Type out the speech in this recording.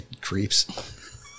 creeps